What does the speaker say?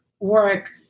work